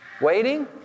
Waiting